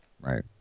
Right